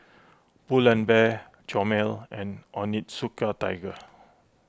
Pull and Bear Chomel and Onitsuka Tiger